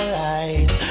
right